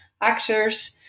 actors